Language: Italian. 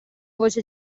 voce